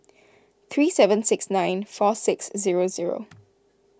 three seven six nine four six zero zero